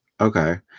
Okay